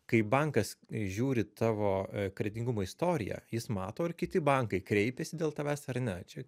kai bankas žiūri tavo kreditingumo istoriją jis mato ir kiti bankai kreipėsi dėl tavęs ar ne čia